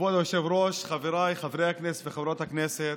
כבוד היושב-ראש, חבריי חברי הכנסת וחברות הכנסת,